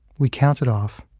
we counted off,